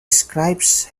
described